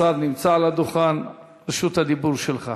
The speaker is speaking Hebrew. השר נמצא על הדוכן, רשות הדיבור שלך.